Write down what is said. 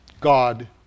God